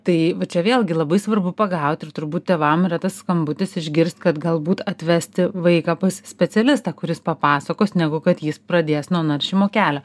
tai va čia vėlgi labai svarbu pagauti ir turbūt tėvam yra tas skambutis išgirst kad galbūt atvesti vaiką pas specialistą kuris papasakos negu kad jis pradės nuo naršymo kelio